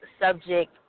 subject